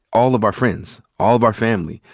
all of our friends, all of our family,